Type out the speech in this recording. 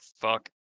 fuck